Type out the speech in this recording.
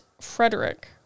Frederick